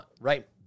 right